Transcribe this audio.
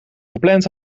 gepland